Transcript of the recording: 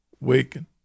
waken